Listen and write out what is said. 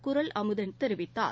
குறள் அமுதன் தெரிவித்தார்